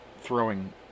throwing